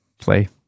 play